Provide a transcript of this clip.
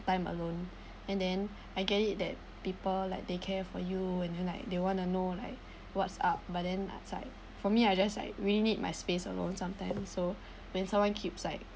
time alone and then I get it that people like they care for you and then like they want to know like what's up but then that's I for me I just like really need my space alone sometimes so when someone keeps like